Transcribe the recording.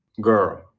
Girl